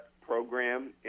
program